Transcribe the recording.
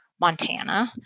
Montana